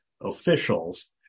officials